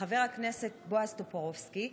חבר הכנסת בועז טופורובסקי,